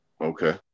Okay